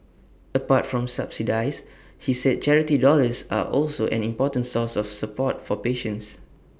apart from subsidies he said charity dollars are also an important source of support for patients